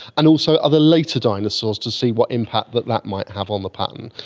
and also other later dinosaurs to see what impact that that might have on the pattern,